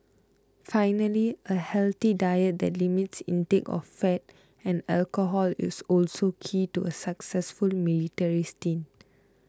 finally a healthy diet that limits intake of fat and alcohol is also key to a successful military stint